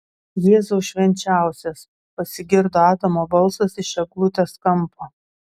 jėzau švenčiausias pasigirdo adamo balsas iš eglutės kampo